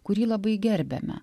kurį labai gerbiame